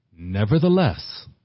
Nevertheless